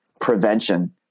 prevention